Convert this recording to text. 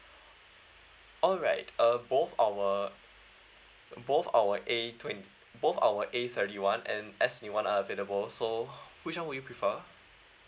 alright uh both our both our a twen~ both our A thirty one and S twenty one available so which one would you prefer